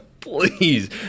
Please